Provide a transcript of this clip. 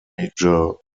major